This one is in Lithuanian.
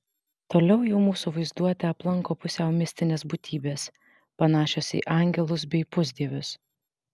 toliau jau mūsų vaizduotę aplanko pusiau mistinės būtybės panašios į angelus bei pusdievius